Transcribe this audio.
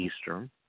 Eastern